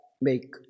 make